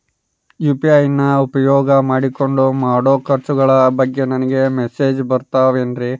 UPI ನ ಉಪಯೋಗ ಮಾಡಿಕೊಂಡು ಮಾಡೋ ಖರ್ಚುಗಳ ಬಗ್ಗೆ ನನಗೆ ಮೆಸೇಜ್ ಬರುತ್ತಾವೇನ್ರಿ?